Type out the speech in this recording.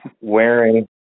wearing